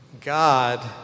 God